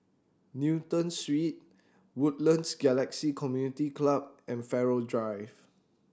Newton Suite Woodlands Galaxy Community Club and Farrer Drive